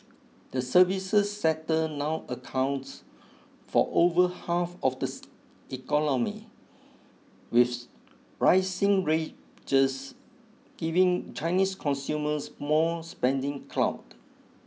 the services sector now accounts for over half of the economy with rising wages giving Chinese consumers more spending clout